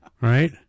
right